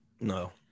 No